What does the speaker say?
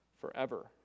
forever